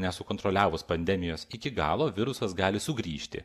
nesukontroliavus pandemijos iki galo virusas gali sugrįžti